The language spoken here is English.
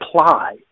apply